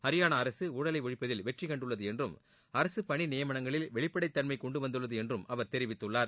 ஹரியானா அரசு ஊழலை ஒழிப்பதில் வெற்றி கண்டுள்ளது என்றும் அரசுப் பணி நியமனங்களில் வெளிப்படைத்தன்மையை கொண்டு வந்துள்ளது என்றும் அவர் தெரிவித்துள்ளார்